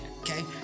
okay